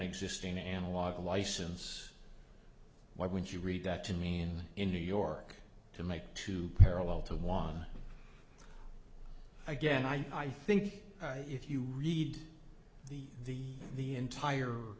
existing analog license why would you read that to mean in new york to make two parallel to one again i think if you read the the the entire